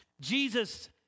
Jesus